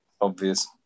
obvious